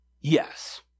yes